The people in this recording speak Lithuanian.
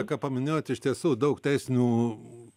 ką paminėjot iš tiesų daug teisinių